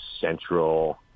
central